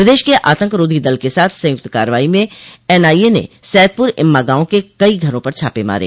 प्रदेश के आतंकरोधी दल के साथ संयुक्त कार्रवाई में एनआईए ने सैदपुर इम्मा गांव के कई घरों पर छापे मारे